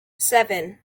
seven